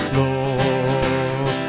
lord